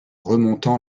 remontant